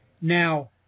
Now